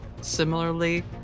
similarly